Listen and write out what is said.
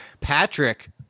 Patrick